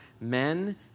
Men